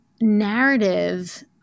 narrative